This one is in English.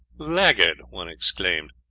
laggard! one exclaimed,